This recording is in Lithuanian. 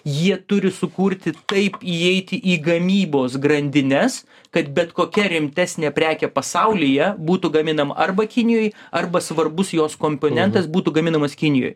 jie turi sukurti taip įeiti į gamybos grandines kad bet kokia rimtesnė prekė pasaulyje būtų gaminama arba kinijoj arba svarbus jos komponentas būtų gaminamas kinijoj